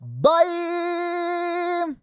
Bye